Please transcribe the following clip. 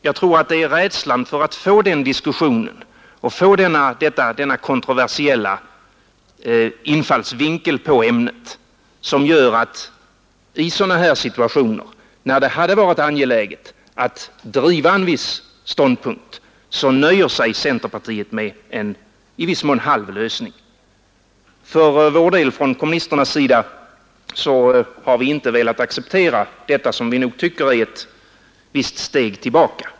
Jag tror att det är rädslan för att få denna kontroversiella infallsvinkel på ämnet som gör att i sådana här situationer, när det hade varit angeläget att driva en viss ståndpunkt, nöjer sig centerpartiet med en i viss mån halv lösning. Från kommunisternas sida har vi inte velat acceptera detta, som vi tycker är ett visst steg tillbaka.